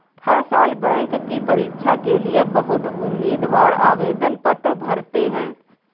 हर साल बैंक की परीक्षा के लिए बहुत उम्मीदवार आवेदन पत्र भरते हैं